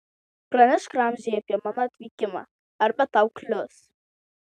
pranešk ramziui apie mano atvykimą arba tau klius